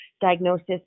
diagnosis